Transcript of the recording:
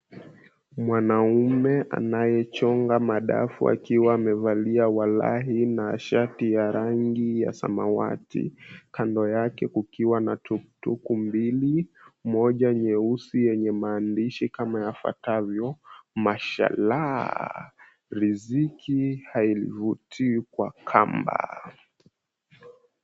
Mwanaume anayechonga madafu akiwa amevalia walahi na shati ya rangi ya samawati. Kando yake kukiwa na tuktuk mbili, moja nyeusi yenye maandishi kama yafuatavyo,"mashallah riziki haivutwi kwa kamba."